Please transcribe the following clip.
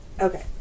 Okay